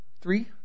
three